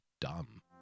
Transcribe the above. dumb